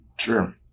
Sure